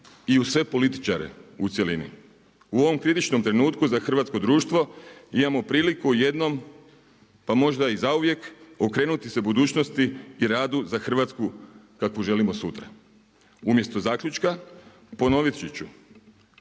i u sve političare u cjelini. U ovom kritičkom trenutku za hrvatsko društvo imamo priliku jednom pa možda i zauvijek, okrenuti se budućnosti i radu za Hrvatsku kakvu želimo sutra. Umjesto zaključka ponoviti ću,